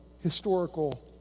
historical